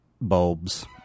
bulbs